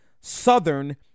Southern